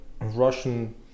Russian